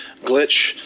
glitch